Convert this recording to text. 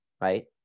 right